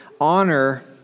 Honor